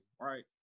right